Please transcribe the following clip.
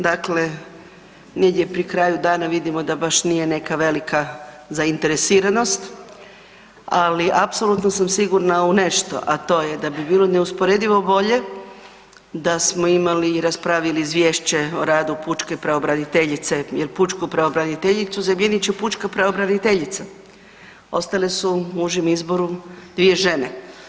Dakle, negdje pri kraju dana vidimo da baš nije neka velika zainteresiranost, ali apsolutno sam sigurna u nešto, a to je da bi bilo neusporedivo bolje da smo imali i raspravili izvješće o radu pučke pravobraniteljice jel pučku pravobraniteljicu zamijenit će pučka pravobraniteljica, ostale su u užem izboru dvije žene.